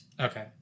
Okay